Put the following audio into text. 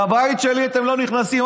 לבית שלי אתם לא נכנסים.